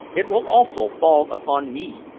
it will also fall upon me.